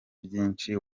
byinshi